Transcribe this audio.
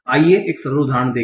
आइए एक सरल उदाहरण देखें